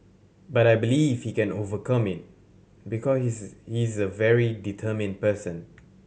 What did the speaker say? but I believe he can overcome it because he's is a very determined person